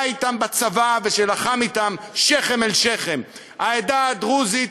אתם בצבא ושלחם אתם שכם אל שכם: העדה הדרוזית